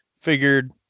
figured